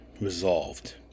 resolved